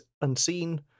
unseen